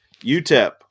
UTEP